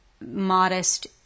modest